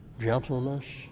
gentleness